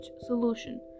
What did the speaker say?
solution